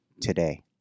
today